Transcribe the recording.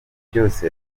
byose